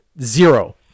Zero